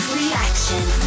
reaction